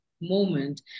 moment